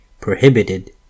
prohibited